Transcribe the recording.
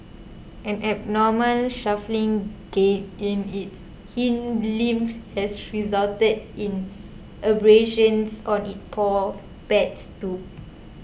an abnormal shuffling gait in its hind limbs has resulted in abrasions on its paw pads too